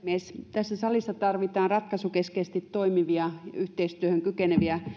tässä salissa tarvitaan ratkaisukeskeisesti toimivia yhteistyöhön kykeneviä